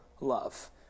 love